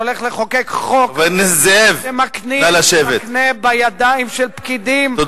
הולך לחוקק חוק שמקנה לידיים של פקידים את